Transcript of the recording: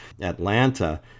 Atlanta